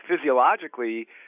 physiologically